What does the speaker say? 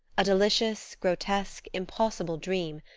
a delicious, grotesque, impossible dream,